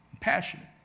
passionate